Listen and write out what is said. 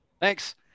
thanks